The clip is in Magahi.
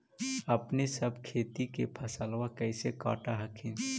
अपने सब खेती के फसलबा कैसे काट हखिन?